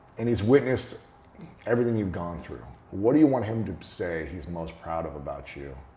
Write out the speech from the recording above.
and he's witnessed everything you've gone through, what do you want him to say he's most proud of about you